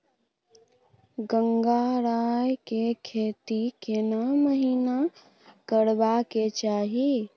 गंगराय के खेती केना महिना करबा के चाही?